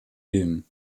ilm